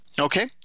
Okay